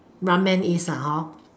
ramen is lah hor